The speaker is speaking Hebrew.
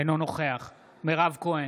אינו נוכח מירב כהן,